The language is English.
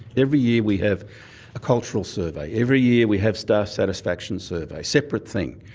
every year we have a cultural survey, every year we have staff satisfaction surveys, separate thing.